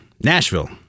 Nashville